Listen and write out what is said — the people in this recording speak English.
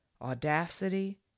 audacity